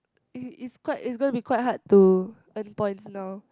it is quite it's gonna be quite hard to earn points now